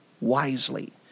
wisely